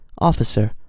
Officer